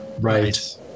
Right